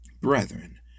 Brethren